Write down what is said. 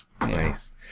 Nice